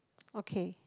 okay